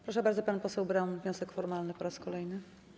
Proszę bardzo, pan poseł Braun - wniosek formalny po raz kolejny.